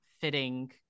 fitting